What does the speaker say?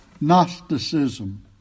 Gnosticism